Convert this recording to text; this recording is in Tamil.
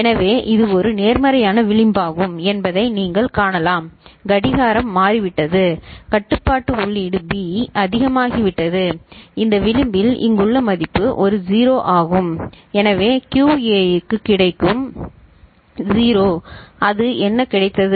எனவே இது ஒரு நேர்மறையான விளிம்பாகும் என்பதை நீங்கள் காணலாம் கடிகாரம் மாறிவிட்டது கட்டுப்பாட்டு உள்ளீடு பி அதிகமாகிவிட்டது இந்த விளிம்பில் இங்குள்ள மதிப்பு ஒரு 0 ஆகும் எனவே QA க்கு 0 கிடைக்கும் அது என்ன கிடைத்தது